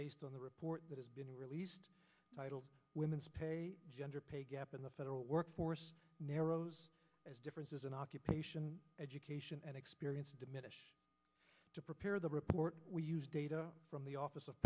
based on the report that has been released titled women's gender pay gap in the federal workforce narrows as differences in occupation education and experience diminish to prepare the report we use data from the office of